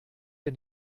wir